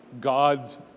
God's